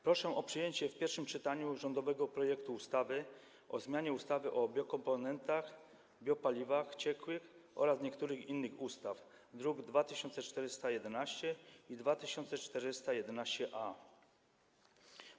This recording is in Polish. Proszę o przyjęcie w pierwszym czytaniu rządowego projektu ustawy o zmianie ustawy o biokomponentach, biopaliwach ciekłych oraz niektórych innych ustaw, druki nr 2411 i 2411-A.